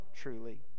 truly